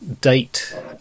date